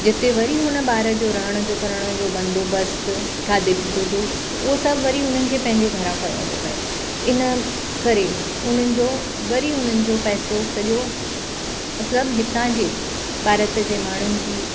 जिते वरी हुन ॿार जो रहण जो करण जो बंदोबस्तु खाधे पिते जो उहो सभु वरी हुननि खे पंहिंजे घरां करिणो थो पिए इनकरे उन्हनि जो वरी हुनजो पैसो सॼो मतिलबु हितां जे भारत जे माण्हुनि जी